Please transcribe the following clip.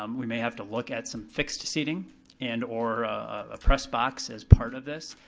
um we may have to look at some fixed seating and or a press box as part of this.